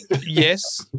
Yes